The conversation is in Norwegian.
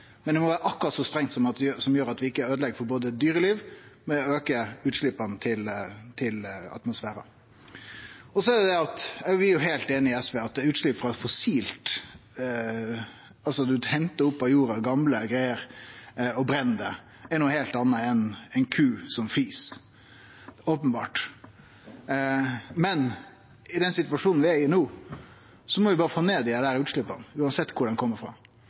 men det må vere akkurat så strengt at vi ikkje øydelegg for dyreliv osv. med å auke utsleppa til atmosfæren. Vi er heilt einige med SV om at utslepp frå noko fossilt, altså at ein hentar opp gamle greier frå jorda og brenn dei, er noko heilt anna enn ei ku som fis. Det er openbert. Men i den situasjonen vi er i no, må vi berre få ned desse utsleppa, uansett kvar dei kjem frå. Viss ikkje går det